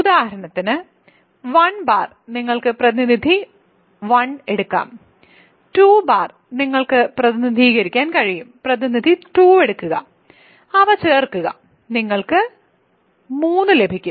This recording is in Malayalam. ഉദാഹരണത്തിന് 1 ബാർ നിങ്ങൾക്ക് പ്രതിനിധി 1 എടുക്കാം 2 ബാർ നിങ്ങൾക്ക് പ്രതിനിധീകരിക്കാൻ കഴിയും പ്രതിനിധി 2 എടുക്കുക അവ ചേർക്കുക നിങ്ങൾക്ക് 3 ലഭിക്കും